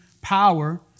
power